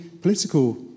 political